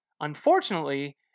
unfortunately